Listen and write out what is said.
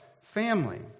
family